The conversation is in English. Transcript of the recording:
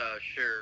sure